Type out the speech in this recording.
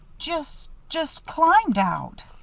jus just climbed out.